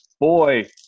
Boy